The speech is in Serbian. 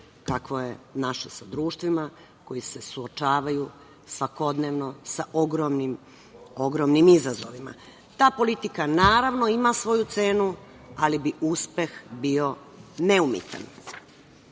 kakvo je naše, sa društvima koja se suočavaju svakodnevno sa ogromnim izazovima. Ta politika, naravno, ima svoju cenu, ali bi uspeh bio neumitan. Pošto